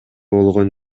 болгон